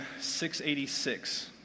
686